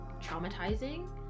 traumatizing